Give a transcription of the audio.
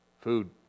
Food